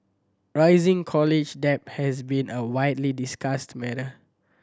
rising college debt has been a widely discussed matter